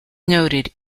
noted